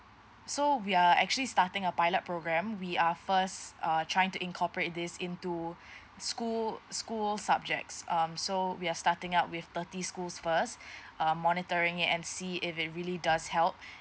so we are actually starting a pilot program we are first err trying to incorporate this into school school subjects um so we are starting up with thirty schools first uh monitoring it and see if it really does help